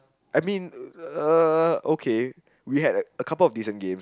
I mean uh okay we had a couple of decent games